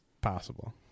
possible